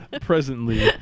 Presently